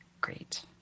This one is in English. Great